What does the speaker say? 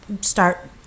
start